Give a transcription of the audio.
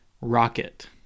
Rocket